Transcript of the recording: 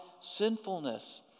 sinfulness